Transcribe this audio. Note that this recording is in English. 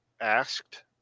asked